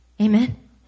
amen